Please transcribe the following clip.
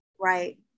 right